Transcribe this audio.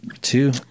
Two